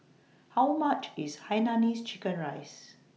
How much IS Hainanese Chicken Rice